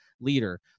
leader